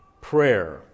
prayer